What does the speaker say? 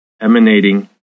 emanating